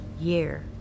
year